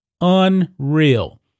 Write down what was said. Unreal